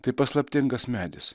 tai paslaptingas medis